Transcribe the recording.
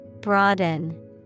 Broaden